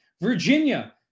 Virginia